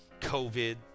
COVID